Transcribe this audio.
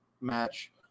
match